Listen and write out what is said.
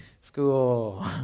School